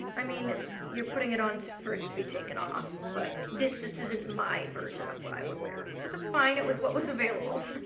i mean, it's, you're putting it on for it to be taken off, but this just isn't my version of what i would wear, but that's fine, it was what was available.